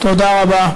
תודה רבה.